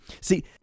See